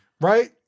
right